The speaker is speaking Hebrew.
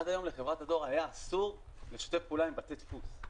עד היום לחברת הדואר היה אסור לשתף פעולה עם בתי דפוס.